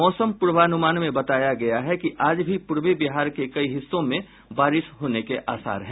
मौसम पूर्वानुमान में बताय गया है कि आज भी पूर्वी बिहार के कई हिस्सों में बारिश होने के आसार हैं